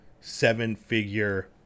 seven-figure